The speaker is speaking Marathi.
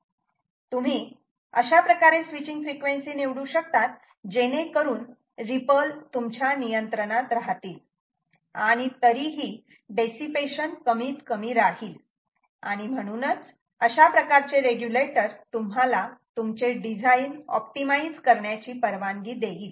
तुम्ही अशाप्रकारे स्विचींग फ्रिक्वेन्सी निवडू शकतात जेणेकरून रिपल तुमच्या नियंत्रणात राहतील आणि तरीही डिसिपेशन कमीत कमी राहील आणि म्हणून अशा प्रकारचे रेग्युलेटर तुम्हाला तुमचे डिझाईन ऑप्टिमाइझ करण्याची परवानगी देईल